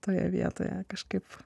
toje vietoje kažkaip